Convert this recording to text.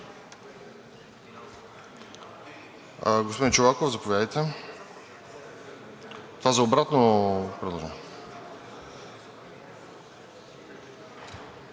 Господин Чолаков, заповядайте. За обратно предложение?